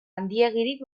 handiegirik